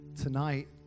tonight